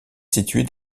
située